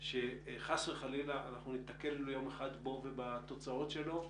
שחס וחלילה אנחנו נתקל יום אחד בו ובתוצאות שלו.